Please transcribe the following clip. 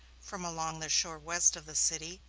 from along the shore west of the city,